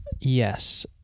yes